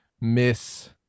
miss